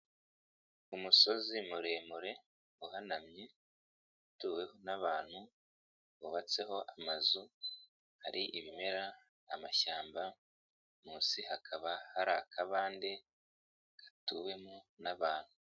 Umusozi muremure, uhanamye, utuweho n'abantu, hubatseho amazu, hari ibimera, amashyamba, munsi hakaba hari akabande, gatuwemo n'abantu.